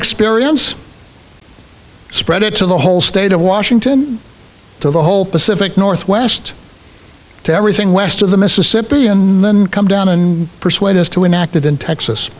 experience spread it to the whole state of washington to the whole pacific northwest to everything west of the mississippi and then come down and persuade us to enact it in texas